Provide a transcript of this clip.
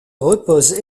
repose